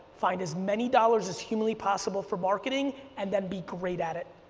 find as many dollars as humanly possible for marketing, and then be great at it.